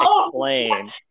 Explain